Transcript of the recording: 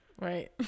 right